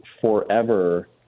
forever